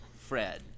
Fred